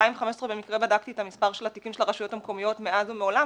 ב-2015 במקרה בדקתי את המספר של התיקים של הרשויות המקומיות מאז ומעולם,